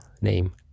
name